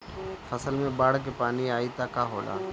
फसल मे बाढ़ के पानी आई त का होला?